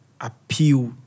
appeal